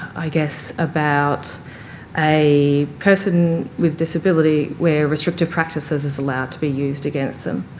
i guess, about a person with disability where restrictive practices is allowed to be used against them,